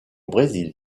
brésil